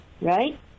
right